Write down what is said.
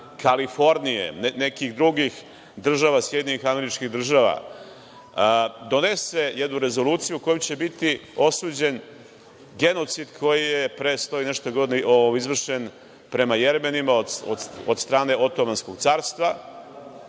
Kalifornije, nekih drugih država SAD, donese jednu rezoluciju kojom će biti osuđen genocid koji je pre 100 i nešto godina izvršen prema Jermenima od strane Otamanskog carstva.